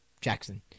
Jackson